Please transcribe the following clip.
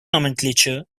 nomenclature